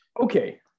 Okay